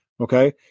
Okay